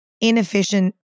inefficient